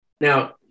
Now